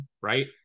right